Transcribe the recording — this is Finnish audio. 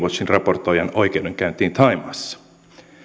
raportoijan oikeudenkäyntiin thaimaassa